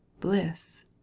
bliss